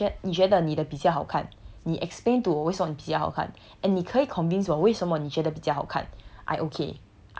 to 我 is 如果你觉得你的比较好看你 explain to 我为什么你的比较好看 and 你可以 convince 我为什么你觉得比较好看